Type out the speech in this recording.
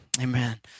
amen